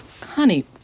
Honey